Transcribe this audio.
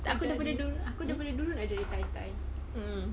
tak jadi aku dari dulu nak jadi tai tai